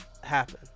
happen